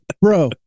Bro